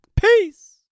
Peace